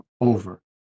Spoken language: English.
over